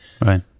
right